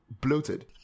bloated